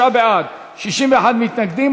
59 בעד, 61 מתנגדים.